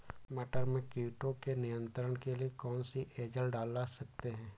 मटर में कीटों के नियंत्रण के लिए कौन सी एजल डाल सकते हैं?